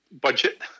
budget